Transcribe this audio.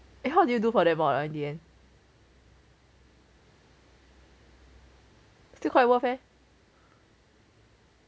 eh how did you do for that mod ah in the end still quite worth eh